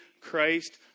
Christ